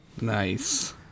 Nice